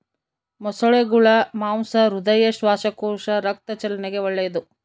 ಮೊಸಳೆಗುಳ ಮಾಂಸ ಹೃದಯ, ಶ್ವಾಸಕೋಶ, ರಕ್ತ ಚಲನೆಗೆ ಒಳ್ಳೆದು